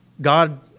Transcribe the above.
God